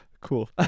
Cool